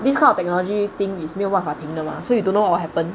this kind of technology thing is 没有办法停的 lah so you don't know what will happen